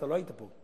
אתה לא היית פה,